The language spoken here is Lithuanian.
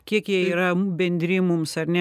kiek jie yra bendri mums ar ne